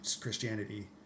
Christianity